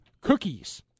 cookies